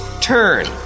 turn